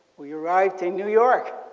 we arrived in new york.